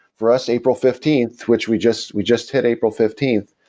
for us april fifteenth, which we just we just hit april fifteenth,